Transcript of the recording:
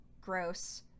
Gross